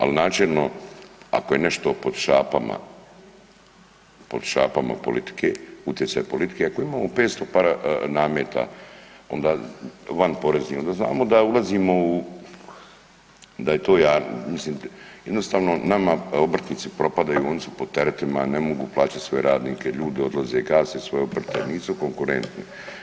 Al načelno ako je nešto pod šapama, pod šapama politike, utjecaj politike, ako imamo 500 paranameta onda van porezni onda znamo da ulazimo u, da je to, mislim jednostavno nama obrtnici propadaju, oni su pod teretima, ne mogu plaćat svoje radnike, ljudi odlaze, gase svoje obrte, nisu konkurentni.